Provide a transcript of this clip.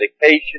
medication